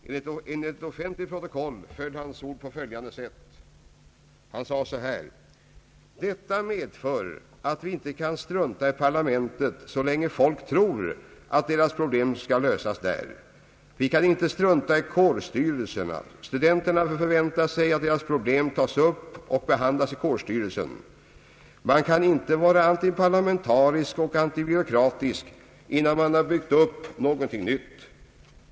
Enligt ett offentligt protokoll föll hans ord på följande sätt: »Detta medför att vi inte kan strunta i parlamentet så länge folk tror att deras problem skall lösas där. Vi kan inte strunta i kårstyrelserna, studenterna förväntar sig att deras problem tas upp och behandlas i kårstyrelsen. Man kan inte vara antiparlamentarisk och antibyråkratisk innan man byggt upp någonting nytt.